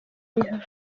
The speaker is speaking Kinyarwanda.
rihanna